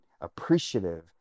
appreciative